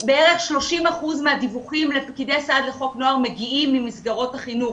בערך 30% מהדיווחים לפקידי סעד לחוק נוער מגיעים ממסגרות החינוך.